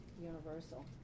universal